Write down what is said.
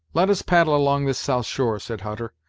let us paddle along this south shore, said hutter,